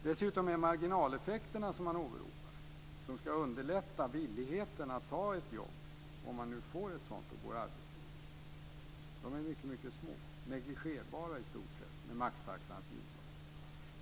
Dessutom är de marginaleffekter som man åberopar och som ska öka villigheten att ta ett jobb, om man nu får något, mycket små. De är i stort sett negligerbara.